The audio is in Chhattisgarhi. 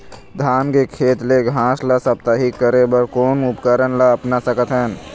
धान के खेत ले घास ला साप्ताहिक करे बर कोन उपकरण ला अपना सकथन?